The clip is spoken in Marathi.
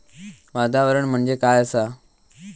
वातावरण म्हणजे काय असा?